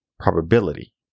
probability